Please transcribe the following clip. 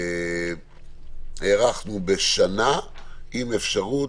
הארכנו בשנה עם אפשרות,